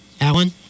Alan